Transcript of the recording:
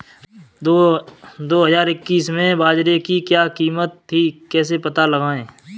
दो हज़ार इक्कीस में बाजरे की क्या कीमत थी कैसे पता लगाएँ?